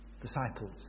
disciples